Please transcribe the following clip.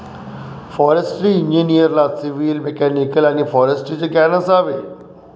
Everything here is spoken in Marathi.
फॉरेस्ट्री इंजिनिअरला सिव्हिल, मेकॅनिकल आणि फॉरेस्ट्रीचे ज्ञान असावे